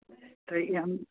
तऽ ई हम